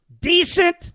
decent